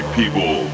people